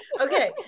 Okay